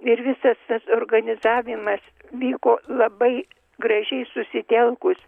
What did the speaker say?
ir visas tas organizavimas vyko labai gražiai susitelkus